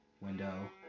window